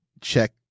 check